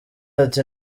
ati